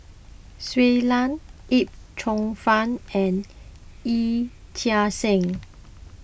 Shui Lan Yip Cheong Fun and Yee Chia Hsing